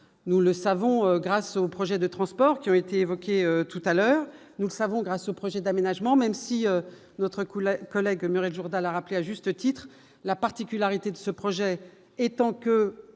nous le savons, grâce au projet de transport qui ont été évoqués tout à l'heure, nous savons grâce au projet d'aménagement, même si notre coup la collègue Murray journal a rappelé à juste titre la particularité de ce projet étant que